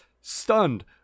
stunned